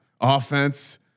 offense